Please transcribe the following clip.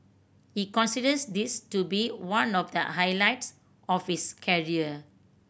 he considers this to be one of the highlights of his carrier